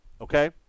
Okay